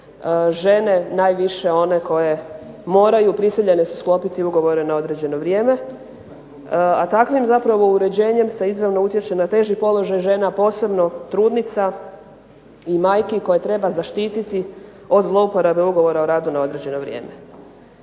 žene najviše one koje moraju, prisiljene su sklopiti ugovore na određeno vrijeme. A takvim zapravo uređenjem se izravno utječe na teži položaj žena, posebno trudnica i majki koje treba zaštiti od zlouporabe ugovora o radu na određeno vrijeme.